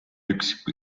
üks